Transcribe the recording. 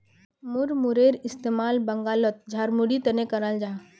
मुड़मुड़ेर इस्तेमाल बंगालोत झालमुढ़ीर तने कराल जाहा